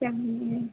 Sam